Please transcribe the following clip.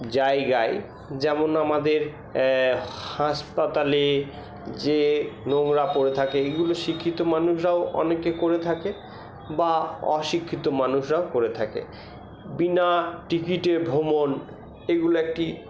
জায়গায় যেমন আমাদের হাসপাতালে যে নোংরা পড়ে থাকে এগুলো শিক্ষিত মানুষরাও অনেকে করে থাকে বা অশিক্ষিত মানুষরাও করে থাকে বিনা টিকিটে ভ্রমণ এগুলো একটি